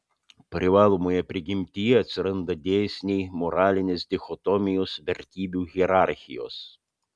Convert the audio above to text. privalomoje prigimtyje atsiranda dėsniai moralinės dichotomijos vertybių hierarchijos